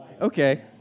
Okay